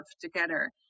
together